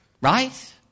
Right